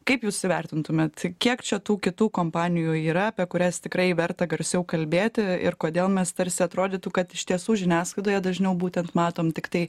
kaip jūs įvertintumėt kiek čia tų kitų kompanijų yra apie kurias tikrai verta garsiau kalbėti ir kodėl mes tarsi atrodytų kad iš tiesų žiniasklaidoje dažniau būtent matom tiktai